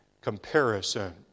comparison